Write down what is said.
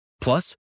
Plus